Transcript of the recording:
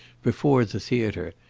before the theatre,